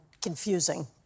confusing